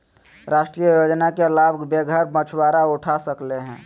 राष्ट्रीय योजना के लाभ बेघर मछुवारा उठा सकले हें